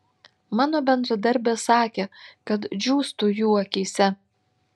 mano bendradarbės sakė kad džiūstu jų akyse